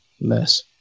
less